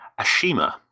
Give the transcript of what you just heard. Ashima